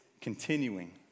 continuing